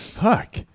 Fuck